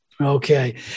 okay